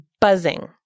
buzzing